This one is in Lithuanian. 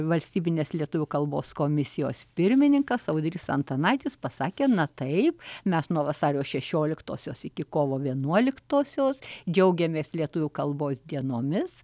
valstybinės lietuvių kalbos komisijos pirmininkas audrys antanaitis pasakė na taip mes nuo vasario šešioliktosios iki kovo vienuoliktosios džiaugiamės lietuvių kalbos dienomis